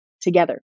together